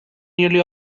nearly